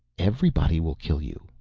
everybody will kill you.